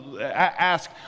ask